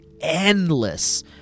endless